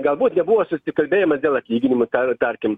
galbūt nebuvo susikalbėjimo dėl atlyginimų tar tarkim